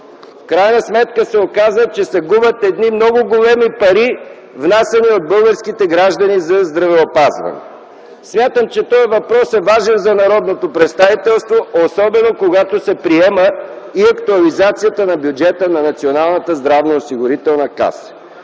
крайна сметка се оказа, че се губят много големи пари, внасяни от българските граждани за здравеопазване. Смятам, че въпросът е важен за народното представителство, особено когато се приема и актуализацията на бюджета на Националната здравноосигурителна каса.